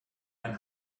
ein